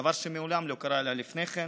דבר שמעולם לא קרה לה לפני כן.